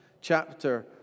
chapter